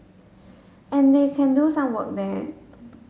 and they can do some work there